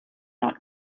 not